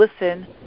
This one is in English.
listen